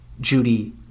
Judy